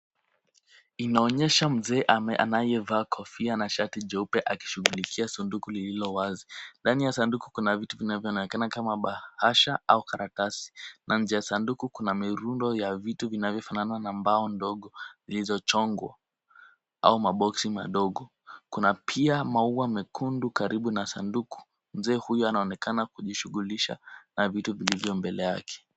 Inaonyesha mzee anayevaa kofia na shati jeupe akishughulikia sanduku lililowazi. Ndani ya sanduku kuna vitu vinavyoonekana kama bahasa au karatasi na nje ya sanduku kuna mirundo ya vitu vinavyofanana na mbao ndogo zilizochongwa au maboksi madogo. Kuna pia maua mekundu karibu na sanduku. Mzee huyu anaonekana kujishughulisha na vitu vilivyo mbele yake.